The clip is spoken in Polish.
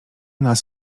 nas